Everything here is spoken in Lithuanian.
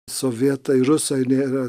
sovietai rusai nėra